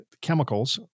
chemicals